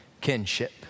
kinship